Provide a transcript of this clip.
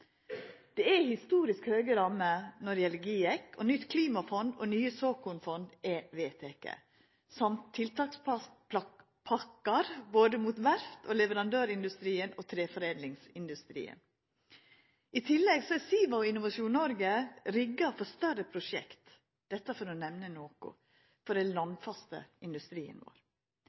Det er historisk høge rammer når det gjeld GIEK, nytt klimafond og nye såkornfond er vedtekne, og også tiltakspakkar både til verft og leverandørindustrien og til treforedlingsindustrien. I tillegg er SIVA og Innovasjon Noreg rigga for større prosjekt – dette for å nemna noko når det gjeld den landfaste industrien vår.